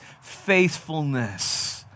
faithfulness